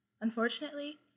Unfortunately